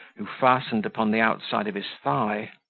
who fastened upon the outside of his thigh.